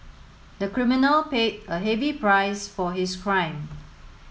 the criminal paid a heavy price for his crime